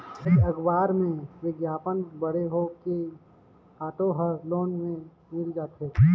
आएज अखबार में बिग्यापन पढ़े हों कि ऑटो हर लोन में मिल जाथे